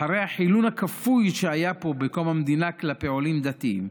אחרי החילון הכפוי שהיה פה בקום המדינה כלפי עולים דתיים,